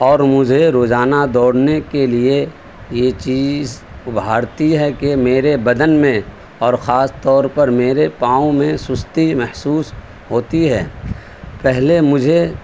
اور مجھے روزانہ دوڑنے کے لیے یہ چیز ابھارتی ہے کہ میرے بدن میں اور خاص طور پر میرے پاؤں میں سستی محسوس ہوتی ہے پہلے مجھے